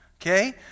okay